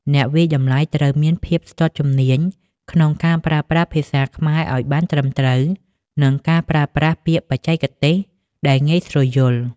អ្នកវាយតម្លៃត្រូវមានភាពស្ទាត់ជំនាញក្នុងការប្រើប្រាស់ភាសាខ្មែរឱ្យបានត្រឹមត្រូវ និងការប្រើប្រាស់ពាក្យបច្ចេកទេសដែលងាយស្រួលយល់។